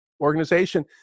organization